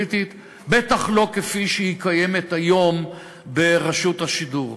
בטח לא כפי שהיא קיימת היום ברשות השידור.